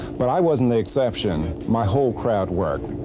but i wasn't the exception. my whole crowd worked.